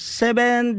seven